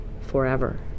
forever